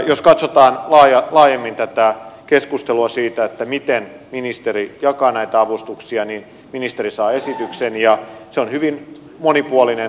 jos katsotaan laajemmin tätä keskustelua siitä miten ministeri jakaa näitä avustuksia niin ministeri saa esityksen ja se lista on hyvin monipuolinen